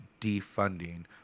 defunding